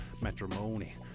matrimony